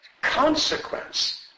consequence